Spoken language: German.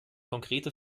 konkrete